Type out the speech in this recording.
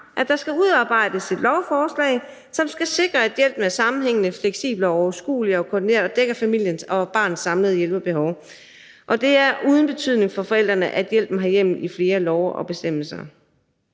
at der skal udarbejdes et lovforslag, som skal sikre, at hjælpen er sammenhængende, fleksibel, overskuelig og koordineret og dækker familiens og barnets samlede hjælpebehov, og at det er uden betydning for forældrene, at hjælpen har hjemmel i flere love og bestemmelser.